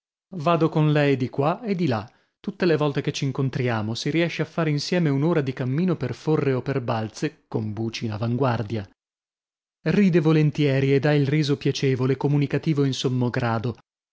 vado con lei di qua e di là tutte le volte che c'incontriamo si riesce a fare insieme un'ora di cammino per forre o per balze con buci in avanguardia ride volentieri ed ha il riso piacevole comunicativo in sommo grado